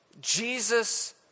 Jesus